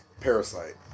Parasite